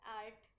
art